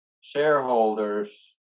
shareholders